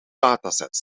dataset